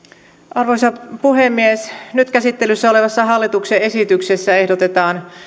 arvoisa puhemies nyt käsittelyssä olevassa hallituksen esityksessä ehdotetaan